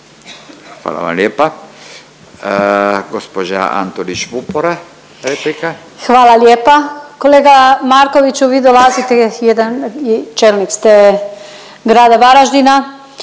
Vupora replika. **Antolić Vupora, Barbara (SDP)** Hvala lijepa. Kolega Markoviću, vi dolazite, čelnik ste grada Varaždina,